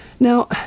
Now